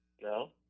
No